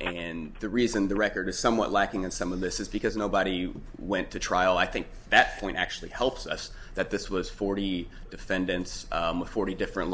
and the reason the record is somewhat lacking in some of this is because nobody went to trial i think that point actually helps us that this was forty defendants forty different